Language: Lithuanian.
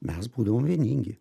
mes būdavom vieningi